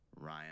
Ryan